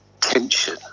tension